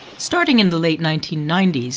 starting in the late nineteen ninety s,